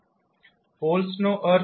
પોલ્સનો અર્થ શું છે